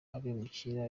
abimukira